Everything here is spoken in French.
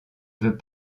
veut